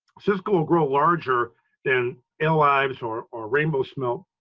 cisco will grow larger than alewives or or rainbow smelt.